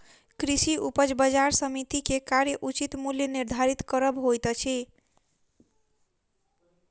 कृषि उपज बजार समिति के कार्य उचित मूल्य निर्धारित करब होइत अछि